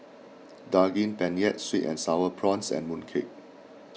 Daging Penyet Sweet and Sour Prawns and Mooncake